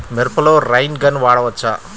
మిరపలో rain gun వాడవచ్చా?